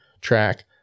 track